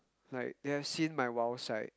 like they have seen my wild side